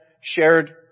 shared